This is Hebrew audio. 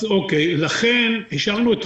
כן, אבל אתה מסתכל על זה,